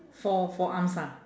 four four arms ha